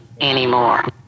anymore